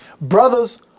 Brothers